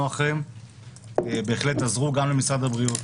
מאחוריהם בהחלט עזרו גם למשרד הבריאות.